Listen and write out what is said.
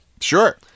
Sure